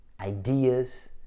ideas